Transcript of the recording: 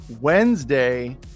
Wednesday